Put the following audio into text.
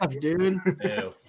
dude